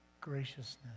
graciousness